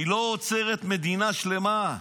היא לא עוצרת מדינה שלמה,